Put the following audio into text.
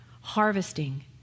harvesting